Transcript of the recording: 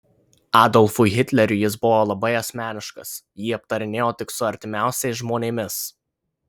adolfui hitleriui jis buvo labai asmeniškas jį aptarinėjo tik su artimiausiais žmonėmis